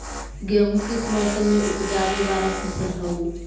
गेहूं किस मौसम में ऊपजावे वाला फसल हउ?